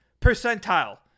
percentile